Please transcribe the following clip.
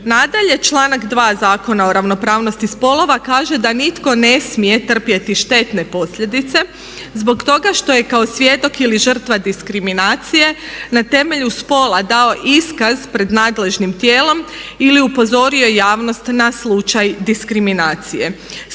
Nadalje, članak 2. Zakona o ravnopravnosti spolova kaže da nitko ne smije trpjeti štetne posljedice zbog toga što je kao svjedok ili žrtva diskriminacije na temelju spola dao iskaz pred nadležnim tijelom ili upozorio javnost na slučaj diskriminacije.